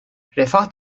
refah